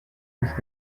més